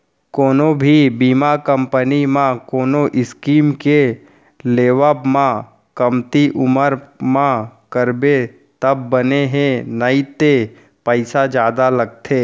कोनो भी बीमा कंपनी म कोनो स्कीम के लेवब म कमती उमर म करबे तब बने हे नइते पइसा जादा लगथे